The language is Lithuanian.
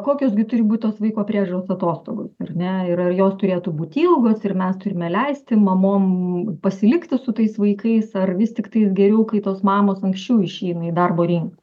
kokios gi turi būt tos vaiko priežiūros atostogos ar ne ir ar jos turėtų būt ilgos ir mes turime leisti mamom pasilikti su tais vaikais ar vis tiktais geriau kai tos mamos anksčiau išeina į darbo rinką